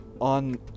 on